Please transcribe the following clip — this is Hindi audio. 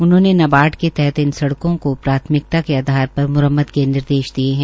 उन्होंने नाबार्ड के तहत इस सड़कों को प्राथमिकता के आधार पर म्रम्मत के निर्देश दिए है